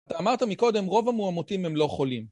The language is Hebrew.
אתה אמרת מקודם, רוב המואמתים הם לא חולים.